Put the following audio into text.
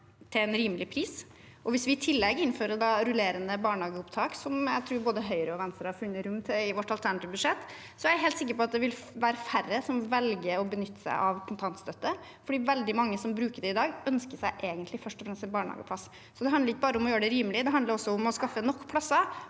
på barnehageplassene, og hvis vi i tillegg innfører rullerende barnehageopptak, som jeg tror både Høyre og Venstre har funnet rom til i sine alternative budsjett, vil det være færre som velger å benytte seg av kontantstøtte. Veldig mange som bruker det i dag, ønsker seg egentlig først og fremst en barnehageplass. Det handler ikke bare om å gjøre det rimelig, det handler også om å skaffe nok plasser,